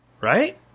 Right